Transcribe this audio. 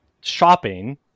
Shopping